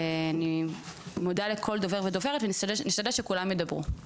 ואני מודה לכל דובר ודוברת, ונשתדל שכולם ידברו.